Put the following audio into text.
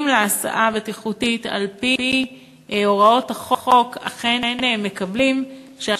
להסעה בטיחותית על-פי הוראות החוק אכן מקבלים אותן?